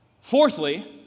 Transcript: Fourthly